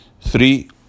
Three